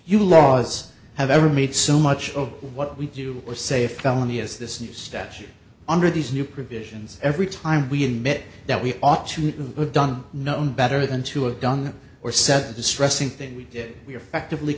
you laws have ever made so much of what we do or say felony is this new statute under these new provisions every time we admit that we ought to do good done known better than to have done or said distressing thing we did we are fact